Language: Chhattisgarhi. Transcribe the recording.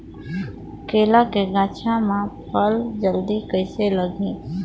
केला के गचा मां फल जल्दी कइसे लगही?